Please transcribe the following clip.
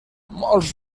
molts